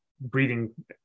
breathing